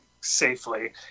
safely